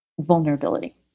vulnerability